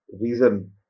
reason